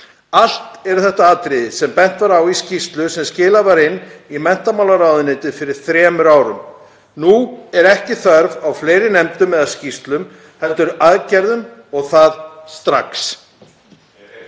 Allt eru þetta atriði sem bent var á í skýrslu sem skilað var inn í menntamálaráðuneytið fyrir þremur árum. Nú er ekki þörf á fleiri nefndum eða skýrslum heldur aðgerðum og það strax.